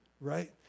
right